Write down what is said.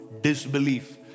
disbelief